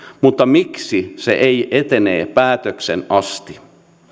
mutta miksi se ei etene päätökseen asti